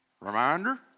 Reminder